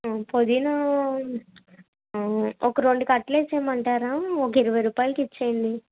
పుదీనా ఒక రెండు కట్టలిచ్చేమంటారా ఒక ఇరవై రూపాయలకి ఇచ్చేయండి